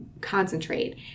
concentrate